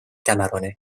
cameroni